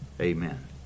Amen